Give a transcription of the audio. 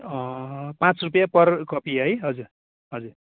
पाँच रुपियाँ per copy है हजुर हजुर